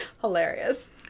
hilarious